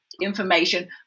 information